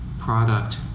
product